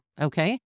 okay